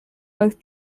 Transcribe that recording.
both